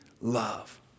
love